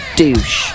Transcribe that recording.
douche